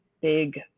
big